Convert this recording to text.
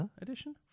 edition